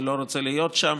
ואני לא רוצה להיות שם.